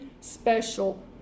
special